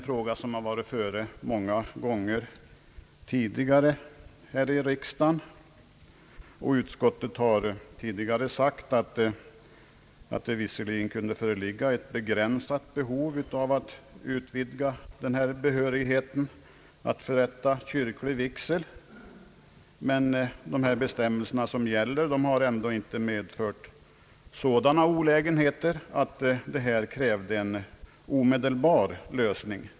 Frågan har ju varit uppe många gånger tidigare här i riksdagen, och utskottet har då uttalat att det visserligen kunde föreligga ett begränsat behov av att utvidga behörigheten att förrätta kyrklig vigsel, men de bestämmelser som gäller har inte medfört sådana olägenheter att frågan krävde en omedelbar lösning.